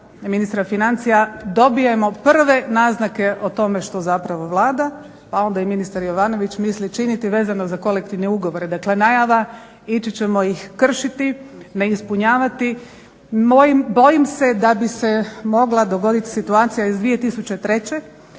ministra financija, dobivamo prve naznake o tome što zapravo Vlada pa onda i ministar Jovanović misli činiti vezano za kolektivne ugovore. Dakle najava, ići ćemo ih kršiti, neispunjavati. Bojim se da bi se mogla dogoditi situacija iz 2003.